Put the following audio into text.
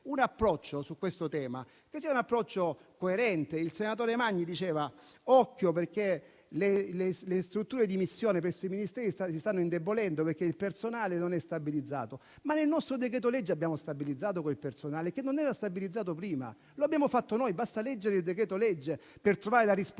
un approccio su questo tema che sia coerente. Il senatore Magni ci invitava a fare attenzione, perché le strutture di missione presso i Ministeri si stanno indebolendo, dal momento che il personale non è stabilizzato. Ma nel nostro decreto-legge abbiamo stabilizzato quel personale che non era stabilizzato prima. Lo abbiamo fatto noi, basta leggere il decreto-legge, per trovare una risposta